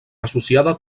associada